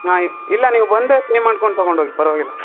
ಹಾಂ ಇಲ್ಲ ನೀವು ಬಂದೇ ಪೇ ಮಾಡ್ಕೊಂಡು ತಗೊಂಡು ಹೋಗಿ ಪರವಾಗಿಲ್ಲ